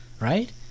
right